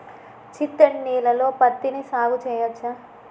చిత్తడి నేలలో పత్తిని సాగు చేయచ్చా?